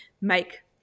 make